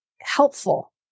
helpful